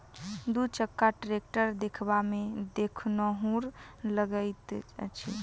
दू चक्का टेक्टर देखबामे देखनुहुर लगैत अछि